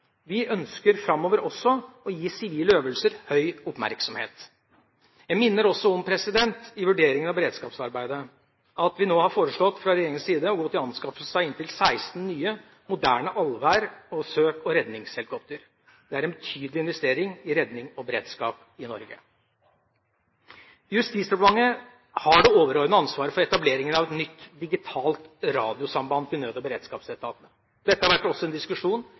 Vi ønsker framover også å gi sivile øvelser høy oppmerksomhet. Jeg minner også om i vurderingen av beredskapsarbeidet at vi nå har foreslått fra regjeringas side å gå til anskaffelse av inntil 16 nye moderne allværs søk- og redningshelikoptre. Det er en betydelig investering i redning og beredskap i Norge. Justisdepartementet har det overordnede ansvaret for etableringen av et nytt digitalt radiosamband til nød- og beredskapsetaten. Dette har også vært en diskusjon